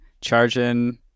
Charging